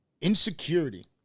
insecurity